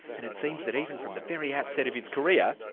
and it seems that even from the very outset of his career,